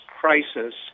crisis